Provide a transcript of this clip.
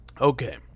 Okay